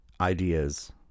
ideas